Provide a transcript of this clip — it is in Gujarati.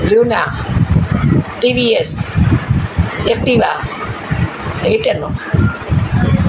લૂના ટીવીએસ એક્ટીવા હીટરનો